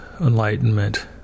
enlightenment